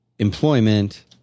employment